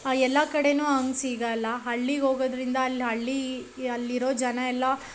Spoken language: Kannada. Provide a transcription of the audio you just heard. ಎಲ್ಲ ಕಡೆನೂ ಹಂಗ್ ಸಿಗೋಲ್ಲ ಹಳ್ಳಿಗೋಗೊದರಿಂದ ಅಲ್ಲಿ ಹಳ್ಳಿಯಲ್ಲಿರೋ ಜನ ಎಲ್ಲ